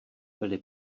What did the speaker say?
byly